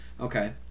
Okay